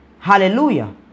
Hallelujah